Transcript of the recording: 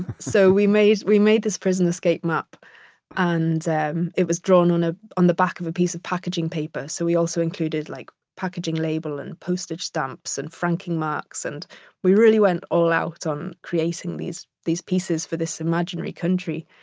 so we made we made this prison escape map and it was drawn on ah on the back of a piece of packaging paper, so we also included like packaging labels, and postage stamps, and franking marks. and we really went all out on creating these these pieces for this imaginary country,